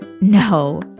No